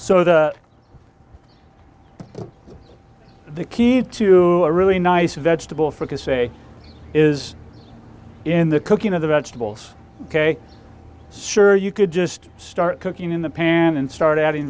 so the key to a really nice vegetable focus say is in the cooking of the vegetables ok sure you could just start cooking in the pan and start adding